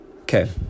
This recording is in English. Okay